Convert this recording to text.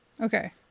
Okay